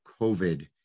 COVID